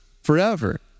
forever